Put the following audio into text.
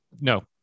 no